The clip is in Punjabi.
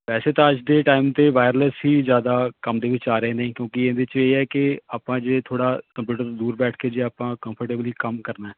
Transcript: ਵੈਸੇ ਤਾਂ ਅੱਜ ਦੇ ਟਾਈਮ 'ਤੇ ਵਾਇਰਲੈਸ ਹੀ ਜ਼ਿਆਦਾ ਕੰਮ ਦੇ ਵਿੱਚ ਆ ਰਹੇ ਨੇ ਕਿਉਂਕਿ ਇਹਦੇ 'ਚ ਇਹ ਹੈ ਕਿ ਆਪਾਂ ਜੇ ਥੋੜ੍ਹਾ ਕੰਪਿਊਟਰ ਦੂਰ ਬੈਠ ਕੇ ਜੇ ਆਪਾਂ ਕੰਫਰਟੇਬਲਲੀ ਕੰਮ ਕਰਨਾ